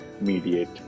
mediate